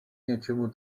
něčemu